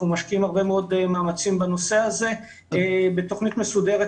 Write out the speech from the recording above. משקיעים הרבה מאוד מאמצים בנושא הזה על פי תוכנית מסודרת,